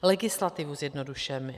Legislativu zjednodušujeme.